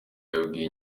yabwiye